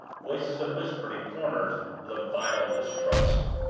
voices that whispered in corners with a vile distrust.